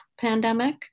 pandemic